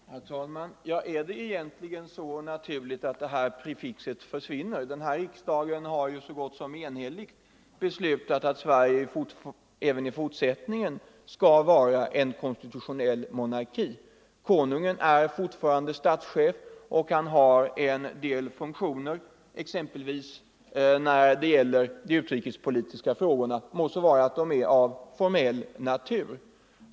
Herr talman! Är det egentligen så självklart att prefixet ”Kunglig” försvinner? Denna riksdag har så gott som enhälligt beslutat att Sverige även i fortsättningen skall vara en konstitutionell monarki. Konungen är fortfarande statschef, och han har fortfarande en del funktioner, låt vara av formell natur.